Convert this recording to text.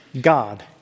God